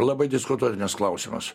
labai diskutuotinas klausimas